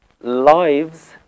Lives